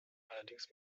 allerdings